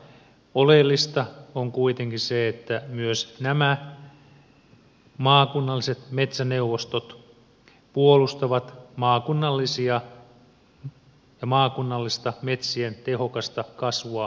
oleellista on kuitenkin se että myös nämä maakunnalliset metsäneuvostot puolustavat maakunnallista metsien tehokasta kasvua ja hoitoa